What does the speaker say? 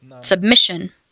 submission